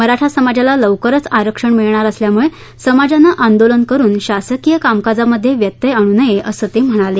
मराठा समाजाला लवकरच आरक्षण मिळणार असल्यामुळे समाजानं आंदोलन करून शासकीय कामकाजामध्ये व्यत्यय आणू नये असं ते म्हणाले